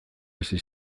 hasi